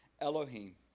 Elohim